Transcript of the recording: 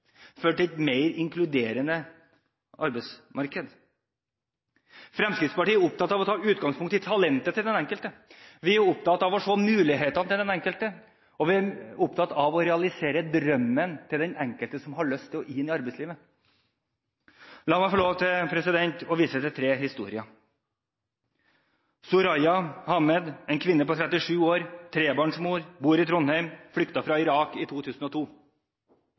arbeidsmarked. Fremskrittspartiet er opptatt av å ta utgangspunkt i talentet til den enkelte. Vi er opptatt av å se mulighetene til den enkelte, og vi er opptatt av å realisere drømmen til den enkelte som har lyst å komme inn i arbeidslivet. La meg få vise til tre historier: Soraya Ahmed, kvinne på 37 år, trebarnsmor, bor i Trondheim, flyktet fra Irak i 2002.